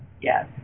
Yes